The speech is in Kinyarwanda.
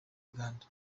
uganda